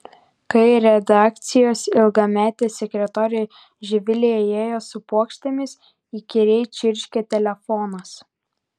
kai redakcijos ilgametė sekretorė živilė įėjo su puokštėmis įkyriai čirškė telefonas